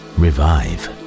revive